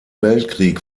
weltkrieg